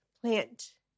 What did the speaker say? plant